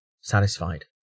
satisfied